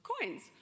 coins